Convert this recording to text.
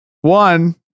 One